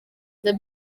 the